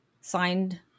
signed